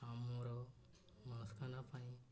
ଆମର ମନସ୍କାମନା ପାଇଁ